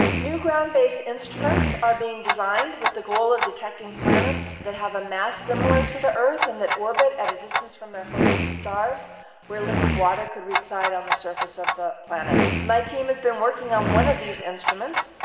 new ground-based instruments are being designed with the goal of detecting planets that have a mass similar similar to the earth and that orbit at a distance from their host stars where liquid water could reside on the surface of the planet. my team has been working on one of these instruments,